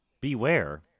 beware